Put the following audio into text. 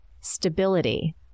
stability